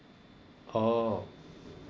orh